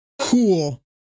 cool